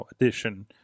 edition